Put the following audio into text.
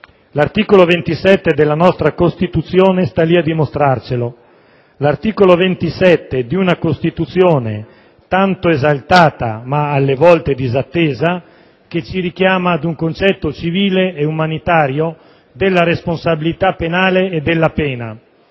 L'articolo 27 della nostra Costituzione sta lì a dimostrarcelo, l'articolo 27 di una Costituzione tanto esaltata ma alle volte disattesa, che ci richiama ad un concetto civile ed umanitario della responsabilità penale e della pena,